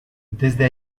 desde